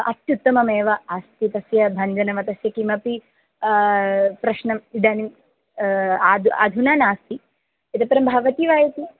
अस्त्युत्तममेव अस्ति तस्य भञ्जनं तस्य किमपि प्रश्नम् इदानीम् आदु अधुना नास्ति इतःपरं भवति वा इति